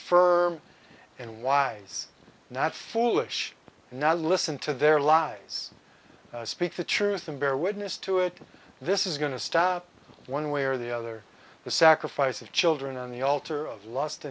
fur and wise not foolish not to listen to their lives speak the truth and bear witness to it this is going to stop one way or the other the sacrifice of children on the altar of lost